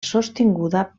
sostinguda